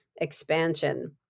expansion